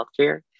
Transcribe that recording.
Healthcare